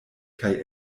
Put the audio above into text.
kaj